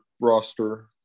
roster